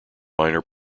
minor